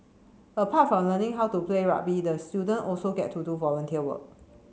apart from learning how to play rugby the student also get to do volunteer work